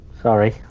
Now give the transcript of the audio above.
Sorry